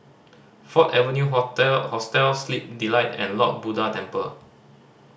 Ford Avenue Hotel Hostel Sleep Delight and Lord Buddha Temple